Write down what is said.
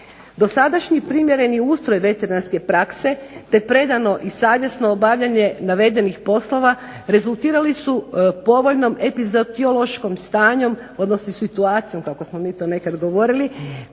Dosadašnji primjereni ustroj veterinarske prakse te predano i savjesno obavljanje navedenih poslova rezultirali su povoljnom …/Ne razumije se./… stanjem odnosno situacijom kako smo mi to nekad govorili